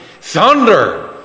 thunder